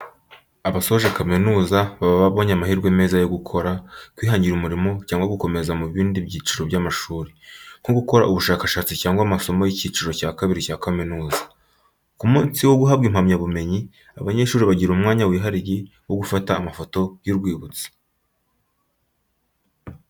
Abasoje kaminuza baba babonye amahirwe meza yo gukora, kwihangira umurimo cyangwa gukomeza mu bindi byiciro by'amashuri, nko gukora ubushakashatsi cyangwa amasomo y'icyiciro cya kabiri cya kaminuza. Ku munsi wo guhabwa impamyabumenyi abanyeshuri bagira umwanya wihariye wo gufata amafoto y'urwibutso.